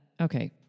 okay